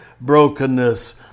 brokenness